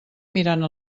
mirant